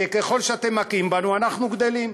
שככל שאתם מכים בנו אנחנו גדלים.